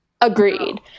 Agreed